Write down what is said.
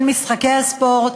של משחקי הספורט,